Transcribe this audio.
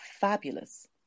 fabulous